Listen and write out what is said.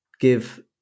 give